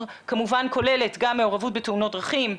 כמובן כוללת גם מעורבות בתאונות דרכים,